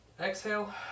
exhale